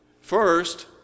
First